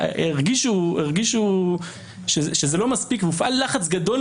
הרגישו שזה לא מספיק והופעל לחץ גדול